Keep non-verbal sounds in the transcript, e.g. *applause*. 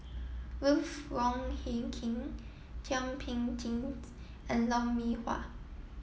Ruth Wong Hie King Thum Ping Tjin *unintelligible* and Lou Mee Wah